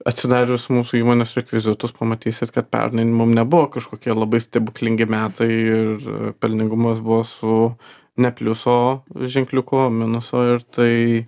atsidarius mūsų įmonės rekvizitus pamatysit kad pernai mum nebuvo kažkokie labai stebuklingi metai ir pelningumas buvo su ne pliuso ženkliuku o minuso ir tai